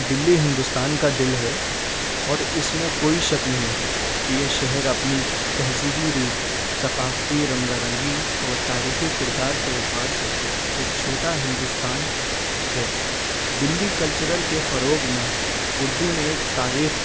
دلّی ہندوستان کا دل ہے اور اس میں کوئی شک نہیں کہ یہ شہر اپنی تہذیبی روح ثقافتی رنگا رنگی اور تاریخی کردار کے اعتبار سے ایک چھوٹا ہندوستان ہے دلّی کلچرل کے فروغ میں اردو نے ایک تاریخ